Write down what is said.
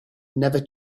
never